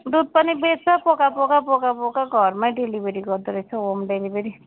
दुध पनि बेच्छ पोका पोका पोका पोका घरमै डेलिभरी गर्दो रहेछ हौ होम डेलिभरी